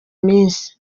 iminsi